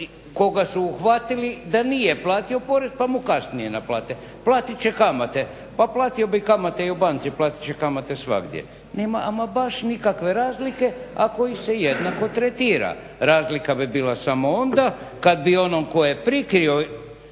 koga su uhvatili da nije platio porez pa mu kasnije naplate? Platit će kamate. Pa platio bi kamate i u banci, platit će kamate svagdje. Nema ama baš nikakve razlike ako ih se jednako tretira. Razlika bi bila samo onda kad bi onom tko je prikrio